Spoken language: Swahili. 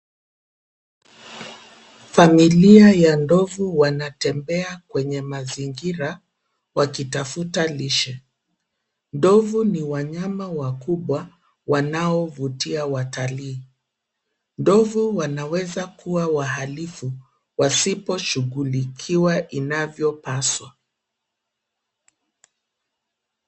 Familia ya ndovu wanatembea kwenye mazingira wakitafuta lishe. Ndovu ni wanyama wakubwa wanaovutia watalii. Ndovu wanaweza kuwa wahalifu wasiposhughulikiwa inavyopaswa.